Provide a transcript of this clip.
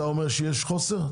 אתה אומר שיש חוסר.